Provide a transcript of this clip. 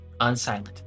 unsilent